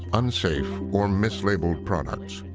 unsafe, or mislabeled products.